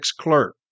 clerk